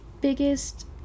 biggest